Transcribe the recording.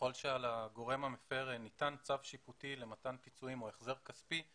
ככל שעל הגורם המפר ניתן צו שיפוטי למתן פיצויים או החזר כספי,